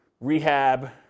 rehab